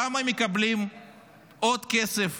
למה הם מקבלים עוד כסף